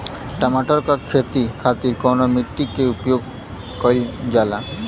टमाटर क खेती खातिर कवने मिट्टी के उपयोग कइलजाला?